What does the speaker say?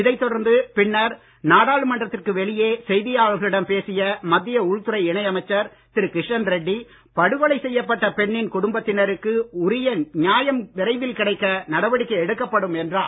இதைத் தொடர்ந்து பின்னர் நாடாளுமன்றத்திற்கு வெளியே செய்தியாளர்களிடம் பேசிய மத்திய உள்துறை இணை அமைச்சர் திருகிஷன் ரெட்டி படுகொலை செய்யப்பட்ட பெண்ணின் குடும்பத்தினருக்கு உரிய நியாயம் விரைவில் கிடைக்க நடவடிக்கை எடுக்கப்படும் என்றார்